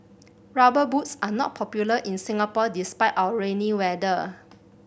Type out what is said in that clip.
Rubber Boots are not popular in Singapore despite our rainy weather